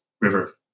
river